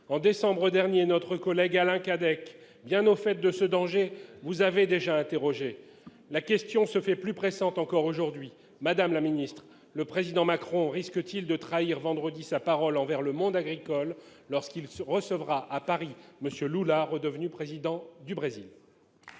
de décembre dernier, notre collègue Alain Cadec, bien au fait de ce danger, vous avait déjà interrogée. La question se fait plus pressante encore aujourd'hui : madame la secrétaire d'État, le président Macron risque-t-il de trahir vendredi sa parole envers le monde agricole lorsqu'il recevra à Paris M. Lula, redevenu président du Brésil ?